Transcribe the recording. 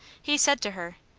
he said to her,